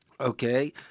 okay